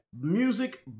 music